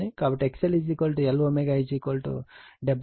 కాబట్టి XL Lω 70